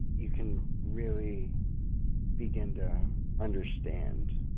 you can really begin to understand.